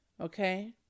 okay